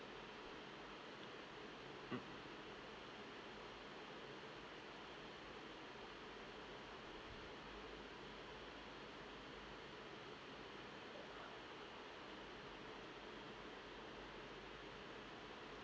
mm